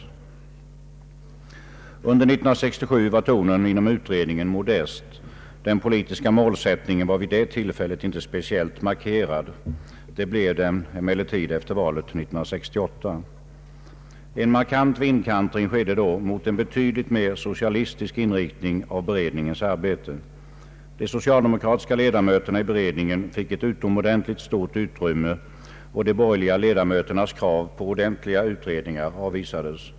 Under 1967 var tonen inom utredningen modest. Den politiska målsättningen var vid det tillfället inte speciellt markerad. Det blev den emellertid efter valet 1968. En markant vindkantring skedde då mot en betydligt mer socialistisk inriktning av beredningens arbete. De socialdemokratiska ledamöterna i beredningen fick ett utomordentligt stort utrymme, och de borgerliga ledamöternas krav på ordentliga utredningar avvisades.